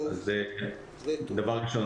זה דבר ראשון.